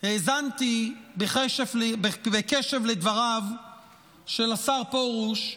האזנתי בקשב לדבריו של השר פרוש,